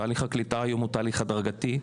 תהליך הקליטה היום הוא תהליך הדרגתי.